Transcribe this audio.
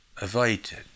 avoided